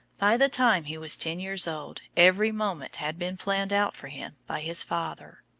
by the time he was ten years old every moment had been planned out for him by his father.